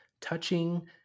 touching